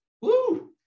Woo